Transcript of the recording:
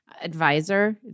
advisor